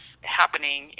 happening